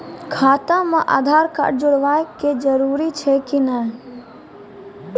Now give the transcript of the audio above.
खाता म आधार कार्ड जोड़वा के जरूरी छै कि नैय?